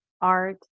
art